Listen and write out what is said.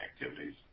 activities